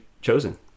chosen